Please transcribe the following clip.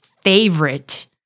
favorite